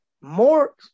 more